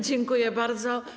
Dziękuję bardzo.